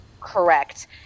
Correct